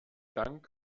dank